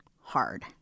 hard